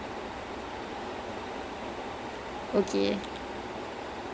oh I don't think I went to that far I think I stopped at season four or five